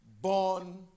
born